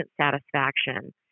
satisfaction